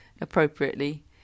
Appropriately